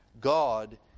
God